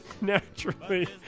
naturally